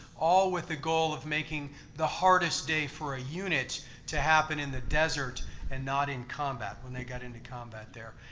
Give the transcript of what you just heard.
all with the goal of making the hardest day for a unit to happen in the desert and not in combat when they got into combat there.